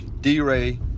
D-Ray